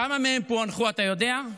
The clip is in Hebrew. כמה מהם פוענחו, אתה יודע?